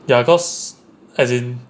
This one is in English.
ya cause as in